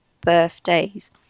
birthdays